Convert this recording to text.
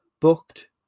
booked